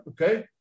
okay